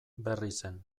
berrizen